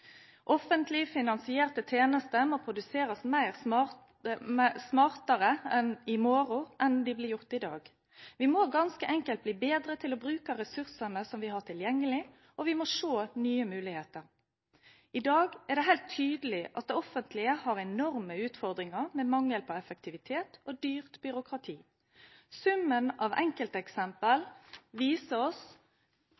offentlig sektor. Offentlig finansierte tjenester må produseres smartere i morgen enn i dag. Vi må ganske enkelt bli bedre til å bruke ressursene som vi har tilgjengelig, og vi må se etter nye muligheter. I dag er det helt tydelig at det offentlige har enorme utfordringer med mangel på effektivitet og dyrt byråkrati. Summen av